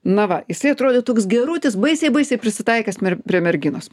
na va jisai atrodė toks gerutis baisiai baisiai prisitaikęs prie merginos